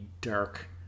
dark